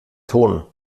ton